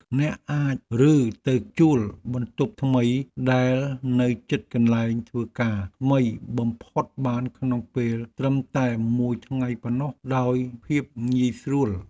អ្នកអាចរើទៅជួលបន្ទប់ថ្មីដែលនៅជិតកន្លែងធ្វើការថ្មីបំផុតបានក្នុងពេលត្រឹមតែមួយថ្ងៃប៉ុណ្ណោះដោយភាពងាយស្រួល។